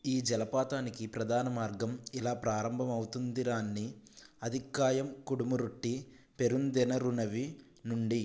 ఈ జలపాతానికి ప్రధాన మార్గం ఇలా ప్రారంభమవుతుంది రాన్ని అథిక్కాయం కుడమురొట్టి పెరుందెనరువి నుండి